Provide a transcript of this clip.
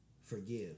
forgive